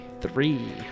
Three